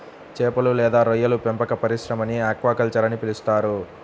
చేపలు లేదా రొయ్యల పెంపక పరిశ్రమని ఆక్వాకల్చర్ అని పిలుస్తారు